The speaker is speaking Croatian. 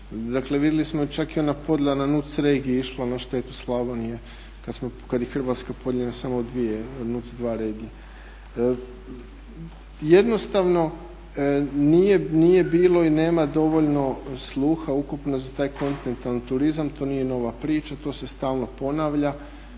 Dakle, vidjeli smo čak i ona podjela na NUTS regije je išla na štetu Slavonije kad je Hrvatska podijeljena samo u dvije NUTS 2 regije. Jednostavno nije bilo i nema dovoljno sluha ukupno za taj kontinentalni turizam, to nije nova priča, to se stalno ponavlja.